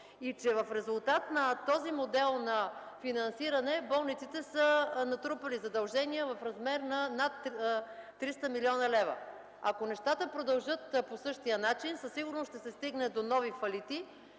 и че в резултат на този модел на финансиране болниците са натрупали задължения в размер на над 300 млн. лв. Ако нещата продължат по същия начин, със сигурност ще се стигне до нови фалити.